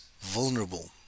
vulnerable